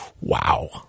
Wow